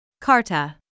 Carta